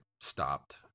stopped